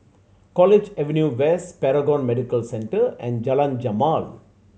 College Avenue West Paragon Medical Centre and Jalan Jamal